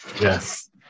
Yes